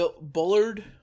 Bullard